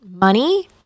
money